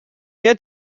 yet